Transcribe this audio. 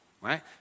right